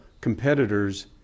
competitors